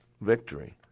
victory